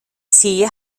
sehe